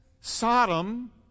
Sodom